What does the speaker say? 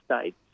states